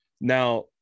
Now